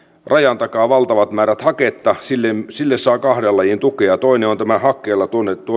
rajan takaa valtavat määrät haketta sille sille saa kahden lajin tukea toinen on tämä hakkeella